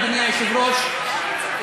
אדוני היושב-ראש,